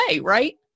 right